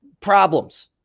problems